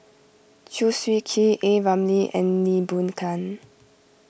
Chew Swee Kee A Ramli and Lee Boon Ngan